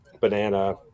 banana